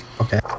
okay